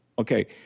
Okay